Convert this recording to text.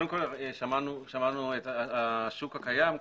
שמענו את השוק הקיים.